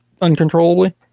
uncontrollably